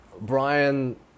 Brian